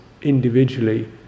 individually